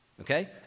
okay